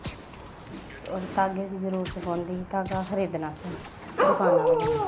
होर धागे दी जरुरत पोंदी धागा खरीदने अस दकानां पर जन्ने